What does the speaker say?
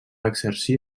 exercir